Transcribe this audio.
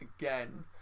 again